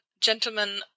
gentlemen